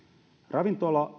ravintola